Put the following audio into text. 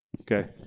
okay